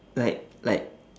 like like